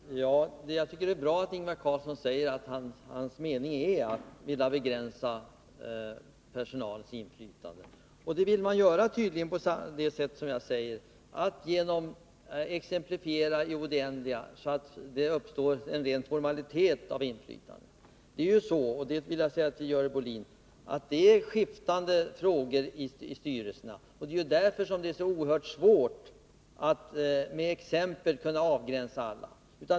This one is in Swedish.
Herr talman! Jag tycker det är bra att Ingvar Karlsson säger att hans mening är att begränsa personalens inflytande. Det vill man tydligen göra på det sätt som jag säger, nämligen genom att exemplifiera i det oändliga, så att inflytandet blir en ren formalitet. Till Görel Bohlin vill jag säga att det förekommer skiftande frågor i styrelserna. Det är ju därför som det är så oerhört svårt att med exempel avgränsa alla.